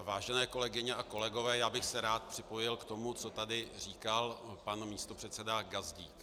Vážené kolegyně a kolegové, já bych se rád připojil k tomu, co tady říkal pan místopředseda Gazdík.